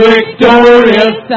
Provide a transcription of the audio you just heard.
Victorious